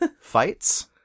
Fights